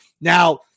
now